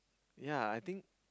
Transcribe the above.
yea I think